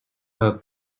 her